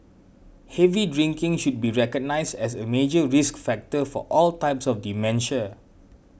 heavy drinking should be recognised as a major risk factor for all types of dementia